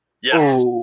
Yes